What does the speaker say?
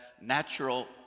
natural